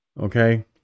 Okay